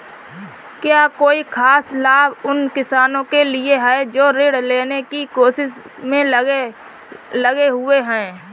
क्या कोई खास लाभ उन किसानों के लिए हैं जो ऋृण लेने की कोशिश में लगे हुए हैं?